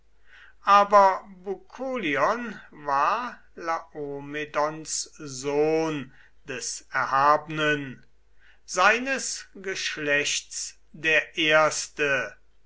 aber bukolion war laomedons sohn des erhabnen seines geschlechts der erste